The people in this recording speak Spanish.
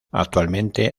actualmente